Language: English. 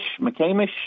McCamish